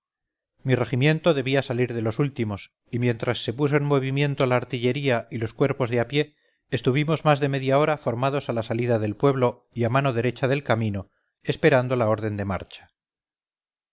mi regimiento debía salir de los últimos y mientras se puso en movimiento la artillería y los cuerpos de a pie estuvimos más de media hora formados a la salida del pueblo y a mano derecha del camino esperando la orden de marcha